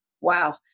Wow